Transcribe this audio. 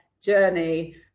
journey